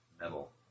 metal